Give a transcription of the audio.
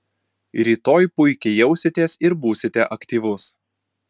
rytoj puikiai jausitės ir būsite aktyvus